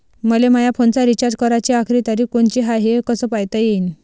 मले माया फोनचा रिचार्ज कराची आखरी तारीख कोनची हाय, हे कस पायता येईन?